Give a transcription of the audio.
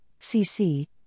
CC